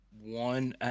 one –